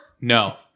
No